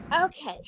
Okay